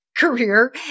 career